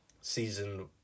season